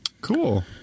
Cool